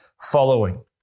following